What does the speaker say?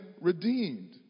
redeemed